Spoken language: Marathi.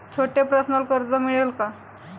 छोटे पर्सनल कर्ज मिळेल का?